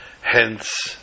Hence